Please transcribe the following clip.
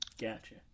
gotcha